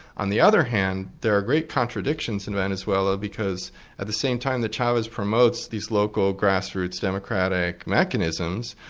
on the other hand, there are great contradictions in venezuela because at the same time that chavez promotes these local grassroots democratic mechanisms,